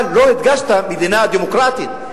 אבל לא הדגשת "מדינה דמוקרטית".